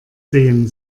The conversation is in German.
sehen